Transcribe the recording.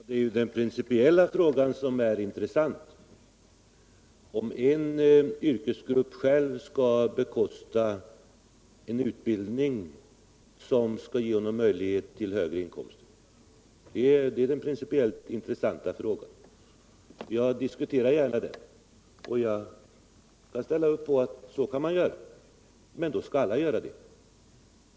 Herr talman! Men, fru Lundblad, det är ju den principiella frågan som är intressant. Om en yrkesgrupp själv skall bekosta en utbildning som ger möjlighet till högre inkomster, är den principiellt intressanta frågan. Jag diskuterar gärna den, och jag kan ställa upp på att man kan göra så. Men då skall alla göra det.